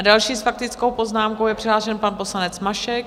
Další s faktickou poznámkou je přihlášen pan poslanec Mašek.